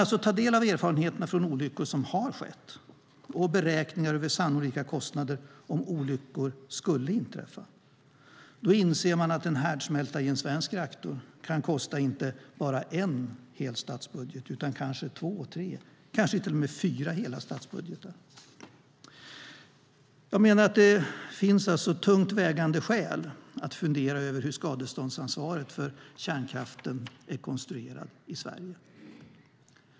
När man tar del av erfarenheterna från olyckor som har skett och beräkningar över sannolika kostnader om olyckor skulle inträffa, inser man att en härdsmälta i en svensk reaktor kan kosta inte bara en hel statsbudget utan kanske två, tre eller till och med fyra hela statsbudgetar. Jag menar att det finns tungt vägande skäl att fundera över hur skadeståndsansvaret för kärnkraften är konstruerad i Sverige.